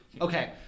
Okay